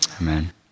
amen